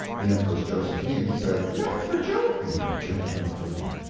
the empress josephine said, not for jo and could get no further.